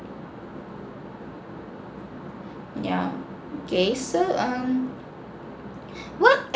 yeah okay so um what